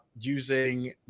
using